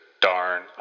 Darn